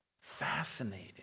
Fascinating